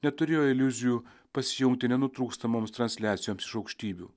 neturėjo iliuzijų pasijungti nenutrūkstamoms transliacijoms iš aukštybių